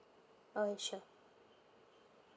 okay sure